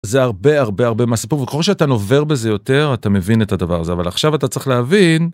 זה הרבה הרבה הרבה מהסיפור וכל כך שאתה נובר בזה יותר אתה מבין את הדבר הזה אבל עכשיו אתה צריך להבין.